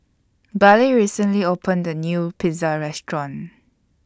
Bailee recently opened A New Pizza Restaurant